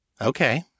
Okay